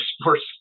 sports